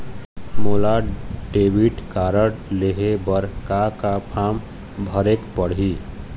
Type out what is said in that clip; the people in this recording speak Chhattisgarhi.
मोला डेबिट कारड लेहे बर का का फार्म भरेक पड़ही?